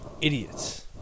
idiots